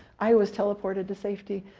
i was teleported to safety.